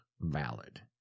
valid